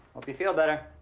hope you feel better.